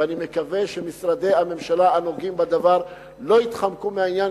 ואני מקווה שמשרדי הממשלה הנוגעים בדבר לא יתחמקו מהעניין,